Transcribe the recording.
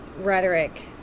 rhetoric